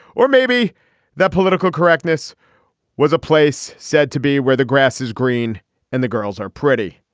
or maybe that political correctness was a place said to be where the grass is green and the girls are pretty.